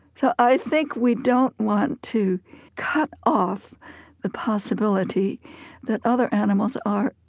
so i think we don't want to cut off the possibility that other animals are,